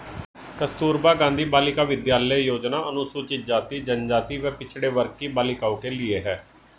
कस्तूरबा गांधी बालिका विद्यालय योजना अनुसूचित जाति, जनजाति व पिछड़े वर्ग की बालिकाओं के लिए है